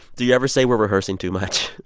do you ever say, we're rehearsing too much?